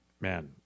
man